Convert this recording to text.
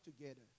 together